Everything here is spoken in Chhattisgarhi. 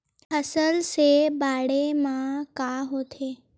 फसल से बाढ़े म का होथे?